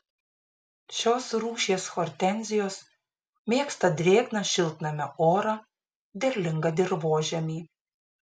šios rūšies hortenzijos mėgsta drėgną šiltnamio orą derlingą dirvožemį